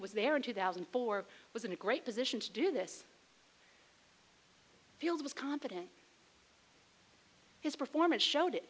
was there in two thousand and four was in a great position to do this field was confident his performance showed